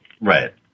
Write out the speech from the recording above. Right